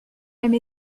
même